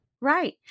Right